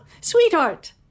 Sweetheart